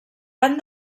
van